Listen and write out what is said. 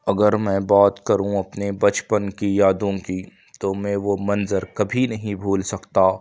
اگر میں بات کروں اپنے بچپن کی یادوں کی تو میں وہ منظر کبھی نہیں بھول سکتا